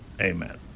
Amen